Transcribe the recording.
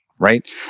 Right